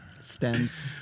Stems